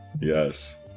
Yes